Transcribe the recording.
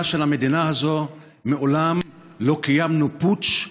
של המדינה הזאת מעולם לא קיימנו פוטש,